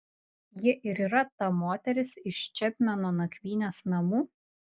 ji ir yra ta moteris iš čepmeno nakvynės namų